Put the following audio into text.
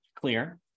clear